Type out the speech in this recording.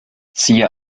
siehe